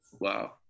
Wow